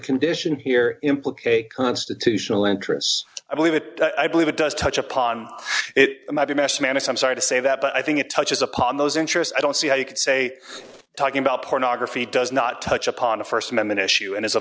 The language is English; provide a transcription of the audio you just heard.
condition here implicate constitutional interests i believe it i believe it does touch upon it might be messianic i'm sorry to say that but i think it touches upon those interests i don't see how you could say talking about pornography does not touch upon a st amendment issue and